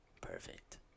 Perfect